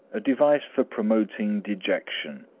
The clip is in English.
a device for promoting dejection.